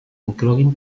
incloguin